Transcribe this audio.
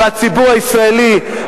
והציבור הישראלי,